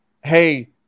hey